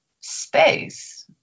space